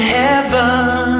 heaven